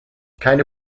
keine